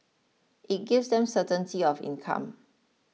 it gives them certainty of income